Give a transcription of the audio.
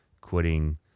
quitting